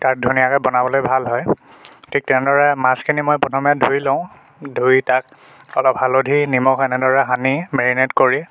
তাত ধুনীয়াকৈ বনাবলৈ ভাল হয় ঠিক তেনেদৰে মাছখিনি মই প্ৰথমে ধুই লওঁ ধুই তাক অলপ হালধি নিমখ এনেদৰে সানি মেৰিনেট কৰি